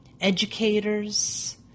educators